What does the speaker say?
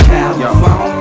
California